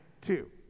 two